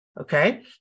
okay